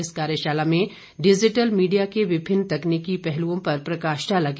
इस कार्यशाला में डिजीटल मीडिया के विभिन्न तकनीकी पहलुओं पर प्रकाश डाला गया